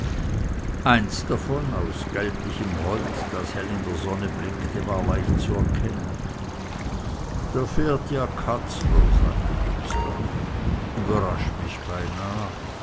eins davon aus gelblichem holz das hell in der sonne blinkte war leicht zu erkennen da fährt ja katzler sagte dubslav überrascht mich beinah